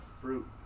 fruit